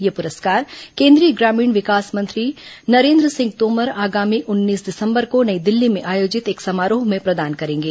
यह पुरस्कार केंद्रीय ग्रामीण विकास मंत्री नरेन्द्र सिंह तोमर आगामी उन्नीस दिसंबर को नई दिल्ली में आयोजित एक समारोह में प्रदान करेंगे